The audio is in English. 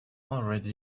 already